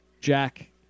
Jack